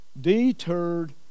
Deterred